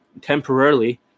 temporarily